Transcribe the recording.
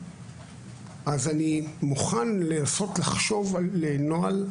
אז אני מוכן לנסות לחשוב על נוהל,